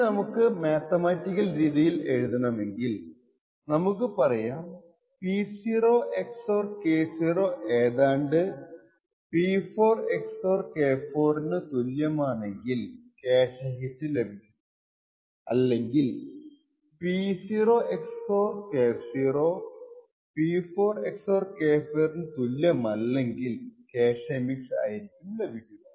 ഇത് നമുക്ക് മാത്തമാറ്റിക്കൽ രീതിയിൽ എഴുതണമെങ്കിൽ നമുക്ക് പറയാം P0 XOR K0 ഏതാണ്ട് P4 XOR K4 നു തുല്യമാണെങ്കിൽ ക്യാഷെ ഹിറ്റ് ലഭിക്കും അല്ലെങ്കിൽ P0 XOR K0 P4 XOR K4 നു തുല്യമല്ലെങ്കിൽ ക്യാഷെ മിസ്സ് ആയിരിക്കും ലഭിക്കുക